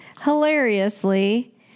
hilariously